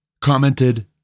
commented